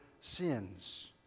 sins